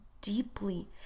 deeply